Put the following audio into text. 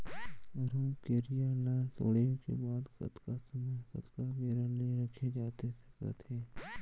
रमकेरिया ला तोड़े के बाद कतका समय कतका बेरा ले रखे जाथे सकत हे?